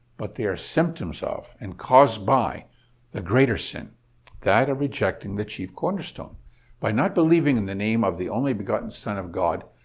but they are symptoms of and caused by the greater sin that of rejecting the chief cornerstone by not believing in the name of the only-begotten son of god,